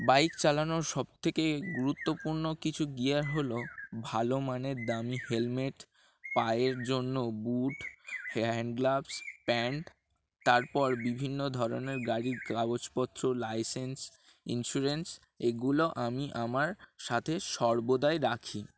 bike চালানোর সব থেকে গুরুত্বপূর্ণ কিছু গিয়ার হল ভালো মানের দামি হেলমেট পায়ের জন্য বুট হ্যান্ডগ্লাভস প্যান্ট তারপর বিভিন্ন ধরনের গাড়ির কাগজপত্র লাইসেন্স ইন্স্যুরেন্স এগুলো আমি আমার সাথে সর্বদাই রাখি